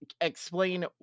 explain